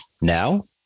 Now